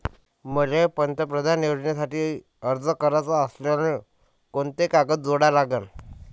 मले पंतप्रधान योजनेसाठी अर्ज कराचा असल्याने कोंते कागद लागन?